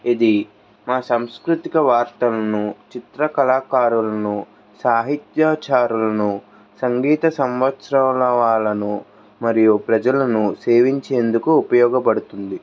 ఇది మా సాంస్కృతిక వార్తలను చిత్ర కళాకారులను సాహిత్య చారులను సంగీత సంవత్సరాల వాళ్ళను మరియు ప్రజలను సేవించేందుకు ఉపయోగపడుతుంది